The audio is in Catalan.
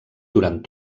durant